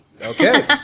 Okay